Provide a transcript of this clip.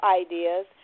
ideas